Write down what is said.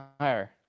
higher